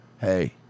hey